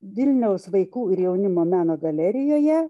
vilniaus vaikų ir jaunimo meno galerijoje